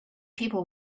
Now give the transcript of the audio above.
people